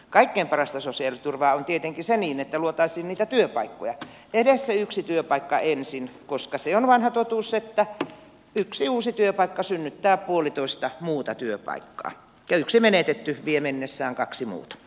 kaikkein parasta sosiaaliturvaa on tietenkin se että luotaisiin niitä työpaikkoja edes se yksi työpaikka ensin koska se on vanha totuus että yksi uusi työpaikka synnyttää puolitoista muuta työpaikkaa ja yksi menetetty vie mennessään kaksi muuta